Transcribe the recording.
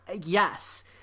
Yes